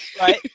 Right